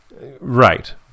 Right